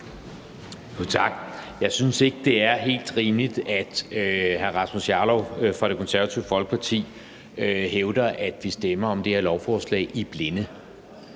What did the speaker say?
Tak. Jeg synes ikke, det er helt rimeligt, at hr. Rasmus Jarlov fra Det Konservative Folkeparti hævder, at vi stemmer om det her lovforslag i blinde.